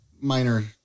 minor